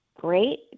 great